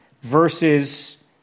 verses